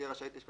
תהיה רשאית לשכת